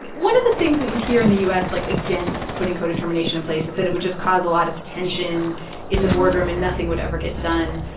but one of the things that you hear in the u s, like, against putting codetermination in place is that it would just cause a lot of tension in the boardroom and nothing would ever get done.